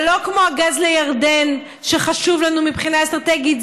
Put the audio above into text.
זה לא כמו הגז לירדן, שחשוב לנו מבחינה אסטרטגית.